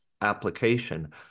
application